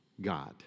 God